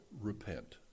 repent